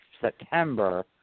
September